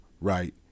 right